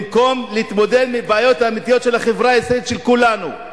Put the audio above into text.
במקום להתמודד עם הבעיות האמיתיות של החברה הישראלית של כולנו,